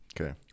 Okay